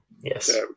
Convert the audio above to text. Yes